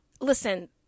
Listen